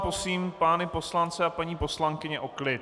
Prosím pány poslance a paní poslankyně o klid.